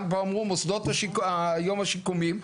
גם מוסדות היום השיקומיים,